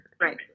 Right